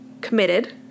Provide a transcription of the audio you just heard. committed